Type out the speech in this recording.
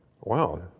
wow